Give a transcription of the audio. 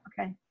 Okay